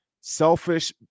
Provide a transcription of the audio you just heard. selfish